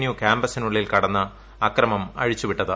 U ക്യാമ്പസിനുള്ളിൽ കടന്ന് അക്രമം അഴിച്ചു വിട്ടത്